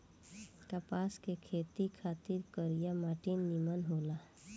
कपास के खेती खातिर करिया माटी निमन होला